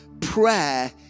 Prayer